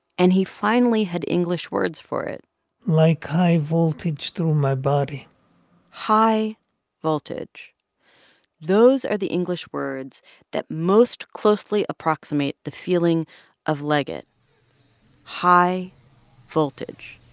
and he finally had english words for it like high voltage through my body high voltage those are the english words that most closely approximate the feeling of liget high voltage,